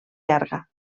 llarga